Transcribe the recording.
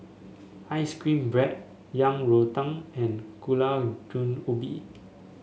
ice cream bread Yang Rou Tang and Gulai Daun Ubi